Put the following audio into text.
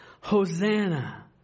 Hosanna